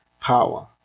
power